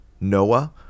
Noah